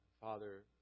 Father